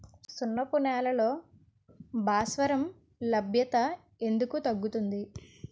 సున్నపు నేలల్లో భాస్వరం లభ్యత ఎందుకు తగ్గుతుంది?